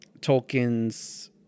Tolkien's